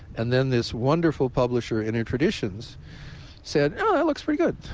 and then this wonderful publisher inner traditions said, oh, that looks pretty good.